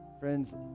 friends